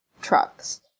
trucks